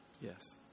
Yes